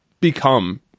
become